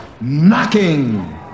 Knocking